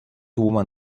woman